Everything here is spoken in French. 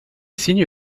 signe